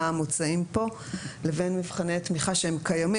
המוצעים פה לבין מבחני תמיכה שהם קיימים.